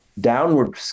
downward